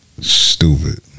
Stupid